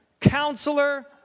counselor